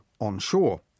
onshore